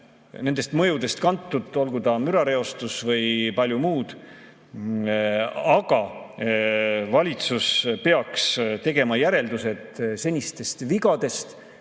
nendest mõjudest kantud, olgu see mürareostus või muu. Aga valitsus peaks tegema järeldused senistest vigadest